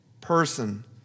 person